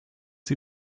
sie